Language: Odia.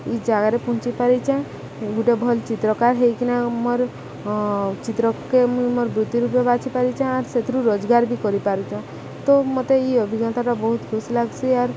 ଇ ଜାଗାରେ ପହଞ୍ଚି ପାରିଚା ଗୋଟେ ଭଲ୍ ଚିତ୍ରକାର ହେଇକିନା ମୋର୍ ଚିତ୍ରକେ ମୁଇଁ ମୋର୍ ବୃତ୍ତି ରୂପେ ବାଛି ପାରିଚେଁ ଆର୍ ସେଥିରୁ ରୋଜଗାର ବି କରିପାରୁଚେ ତ ମତେ ଇ ଅଭିଜ୍ଞତାଟା ବହୁତ ଖୁସି ଲାଗ୍ସି ଆର୍